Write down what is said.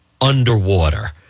underwater